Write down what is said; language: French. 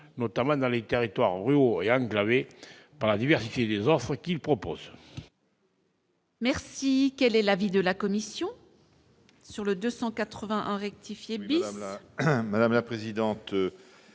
notamment dans les territoires ruraux et enclavés, par la diversité des offres qu'ils proposent. Quel est l'avis de la commission ? Le Gouvernement